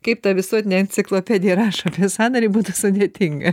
kaip ta visuotinė enciklopedija rašo apie sąnarį būtų sudėtinga